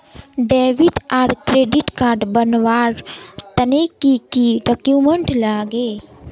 Debit आर credit card बनवार तने की की डॉक्यूमेंट लागे?